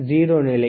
0 நிலை